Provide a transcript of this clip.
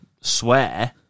swear